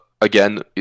again